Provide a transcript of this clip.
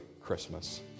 Christmas